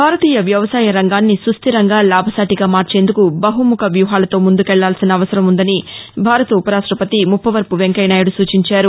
భారతీయ వ్యవసాయ రంగాన్ని సుస్లిరంగా లాభసాటిగా మార్చేందుకు బహుముఖ వ్యూహాలతో ముందుకెళ్లాల్సిన అవసరం ఉందని భారత ఉపరాష్టపతి ముప్పవరపు వెంకయ్యనాయుడు సూచించారు